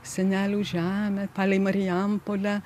senelių žemę palei marijampolę